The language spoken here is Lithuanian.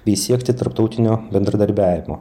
bei siekti tarptautinio bendradarbiavimo